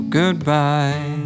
goodbye